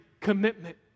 commitment